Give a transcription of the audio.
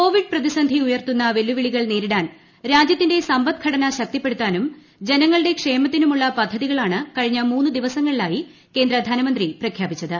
Covid പ്രതിസന്ധി ഉയർത്തുന്ന വെല്ലുവിളികൾ നേരിടാൻ രാജ്യത്തിന്റെ സമ്പദ്ഘടന ശക്തിപ്പെടുത്താനും ജനങ്ങളുടെ ക്ഷേമത്തിനുമുള്ള പദ്ധതികളാണ് കഴിഞ്ഞ മൂന്ന് ദിവസങ്ങളിലായി കേന്ദ്ര ധനമന്ത്രി പ്രഖ്യാപിച്ചത്